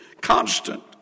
constant